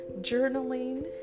journaling